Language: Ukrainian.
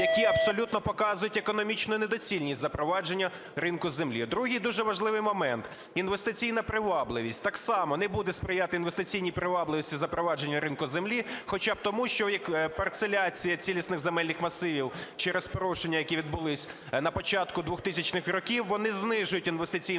Другий дуже важливий момент – інвестиційна привабливість. Так само не буде сприяти інвестиційній привабливості запровадження ринку землі хоча б тому, що парцеляція цілісних земельних масивів через порушення, які відбулися на початку 2000 років, вони знижують інвестиційну привабливість